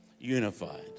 unified